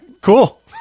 cool